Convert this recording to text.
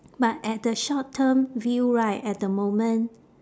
but at the short term view right at the moment